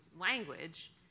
language